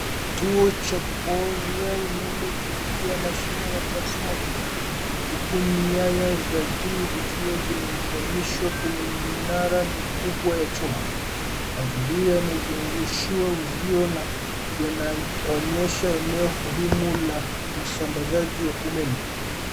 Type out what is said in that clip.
Kituo cha kupoozea umeme kimengia mashini inatooza kubwa huku nyaya za juu zikiwa zimeunganiaswa kwenye minara mikubwa ya chuma. Mazingira yamezungushiwa uzio na Yana onyesha eneo muhimu za usambazaji wa umeme.